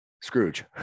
Scrooge